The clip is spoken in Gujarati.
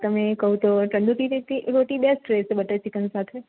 તમે કહું તો તંદૂરી રોટી બેસ્ટ રહેશે બટર ચિકન સાથે